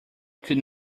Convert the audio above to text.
could